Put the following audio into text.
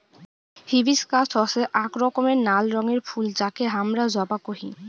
hibiscus হসে আক রকমের নাল রঙের ফুল যাকে হামরা জবা কোহি